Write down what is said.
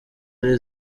ari